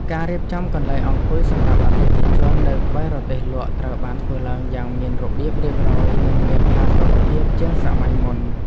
ការរៀបចំកន្លែងអង្គុយសម្រាប់អតិថិជននៅក្បែររទេះលក់ត្រូវបានធ្វើឡើងយ៉ាងមានរបៀបរៀបរយនិងមានផាសុកភាពជាងសម័យមុន។